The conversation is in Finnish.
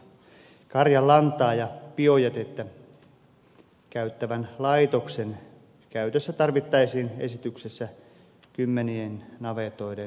karjan lantaa ja biojätettä käyttävän laitoksen käytössä tarvittaisiin esityksessä kymmenien navetoiden karja